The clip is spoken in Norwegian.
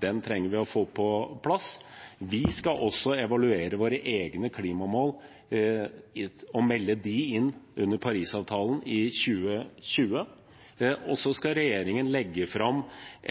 Den trenger vi å få på plass. Vi skal også evaluere våre egne klimamål og melde dem inn under Parisavtalen i 2020, og så skal regjeringen legge fram